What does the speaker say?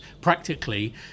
practically